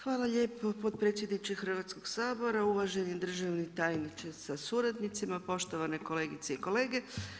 Hvala lijepa potpredsjedniče Hrvatskog sabora, uvaženi državni tajniče sa suradnicima, poštovane kolegice i kolege.